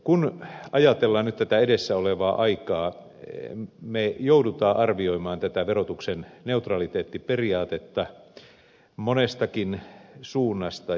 kun ajatellaan nyt tätä edessä olevaa aikaa me joudumme arvioimaan tätä verotuksen neutraliteettiperiaatetta monestakin suunnasta